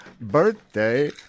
birthday